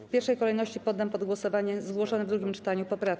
W pierwszej kolejności poddam pod głosowanie zgłoszone w drugim czytaniu poprawki.